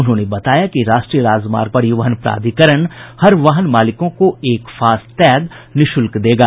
उन्होंने बताया कि राष्ट्रीय राजमार्ग परिवहन प्राधिकरण हर वाहन मालिकों एक फास्ट टैग निःशुल्क देगा